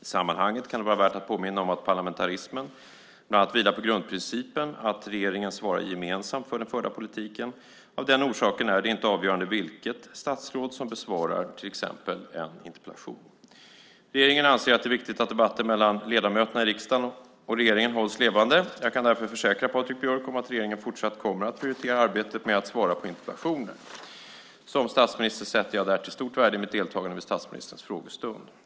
I sammanhanget kan det vara värt att påminna om att parlamentarismen bland annat vilar på grundprincipen att regeringen svarar gemensamt för den förda politiken. Av den orsaken är det inte avgörande vilket statsråd som besvarar till exempel en interpellation. Regeringen anser att det är viktigt att debatten mellan ledamöterna i riksdagen och regeringen hålls levande. Jag kan därför försäkra Patrik Björck att regeringen fortsatt kommer att prioritera arbetet med att svara på interpellationer. Som statsminister sätter jag därtill stort värde i mitt deltagande vid statsministerns frågestund.